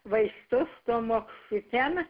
vaistus tomoksifen